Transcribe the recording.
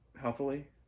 healthily